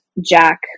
Jack